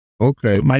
Okay